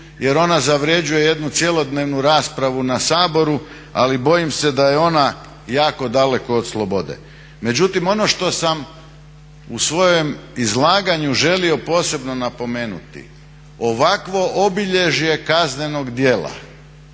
jer ona zavrjeđuje jednu cjelodnevnu raspravu na Saboru, ali bojim se da je ona jako daleko od slobode. Međutim, ono što sam u svojem izlaganju želio posebno napomenuti, ovakvo obilježje kaznenog djela